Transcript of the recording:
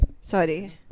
Sorry